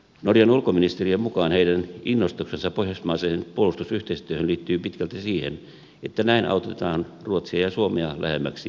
norjan ulkoministeriön mukaan heidän innostuksensa pohjoismaiseen puolustusyhteistyöhön liittyy pitkälti siihen että näin autetaan ruotsia ja suomea lähemmäs natoa